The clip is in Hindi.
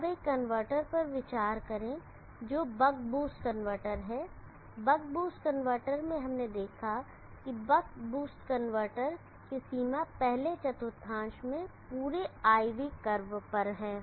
अब एक कनवर्टर पर विचार करें जो बक बूस्ट कनवर्टर है बक बूस्ट कनवर्टर में हमने देखा कि बक बूस्टर कनवर्टर की सीमा पहले चतुर्थांश में पूरे IV कर्व पर है